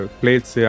plates